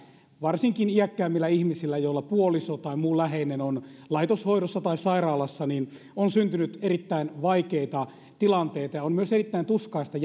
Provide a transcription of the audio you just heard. varsinkin iäkkäämmillä ihmisillä joilla puoliso tai muu läheinen on laitoshoidossa tai sairaalassa on syntynyt erittäin vaikeita tilanteita on myös erittäin tuskaista